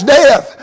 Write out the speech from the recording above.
death